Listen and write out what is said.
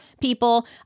people